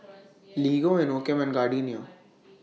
Lego Inokim and Gardenia